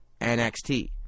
NXT